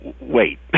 wait